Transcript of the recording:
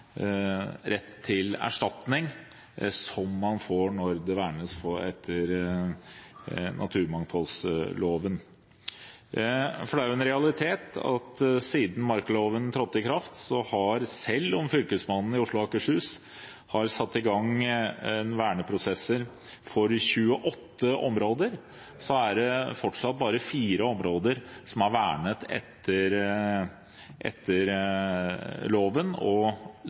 får når det vernes etter naturmangfoldloven. Det er en realitet at siden markaloven trådte i kraft – selv om Fylkesmannen i Oslo og Akershus har satt i gang verneprosesser for 28 områder – er det fortsatt bare fire områder som er vernet etter loven, og